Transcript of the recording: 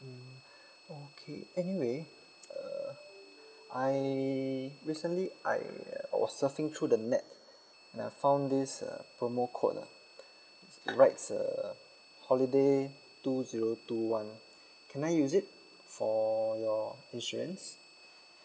mm okay anyway err I recently I uh was surfing through the net and I found this uh promo code uh it writes err holiday two zero two one can I use it for your insurance